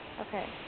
Okay